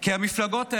כי המפלגות האלה,